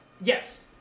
Yes